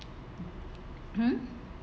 hmm